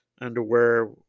underwear